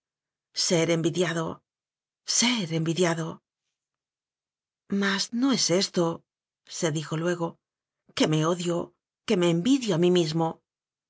ser envidiado ser envidiado mas no es estose dijo luegoque me odio que me envidio a mí mismo